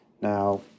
Now